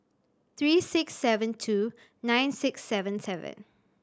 three six seven two nine six seven seven